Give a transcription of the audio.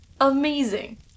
Amazing